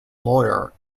lawyer